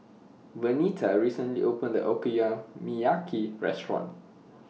Vernita recently opened A Okonomiyaki Restaurant